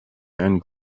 and